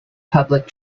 public